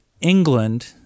England